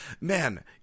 man